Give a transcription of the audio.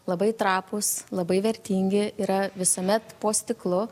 labai trapūs labai vertingi yra visuomet po stiklu